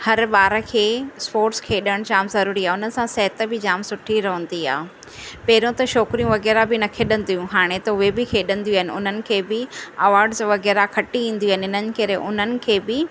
हर ॿार खे स्पोर्ट्स खेॾणु जाम ज़रूरी आहे उन सां सिहत बि जाम सुठी रहंदी आहे पहिरियों त छोकिरियूं वग़ैरह बि न खेॾंदियूं हुयूं हाणे त उहे बि खेॾंदियूं आहिनि उन्हनि खे बि अवॉड्स वग़ैरह खटी ईंदियूं आहिनि इन्हनि करे उन्हनि खे बि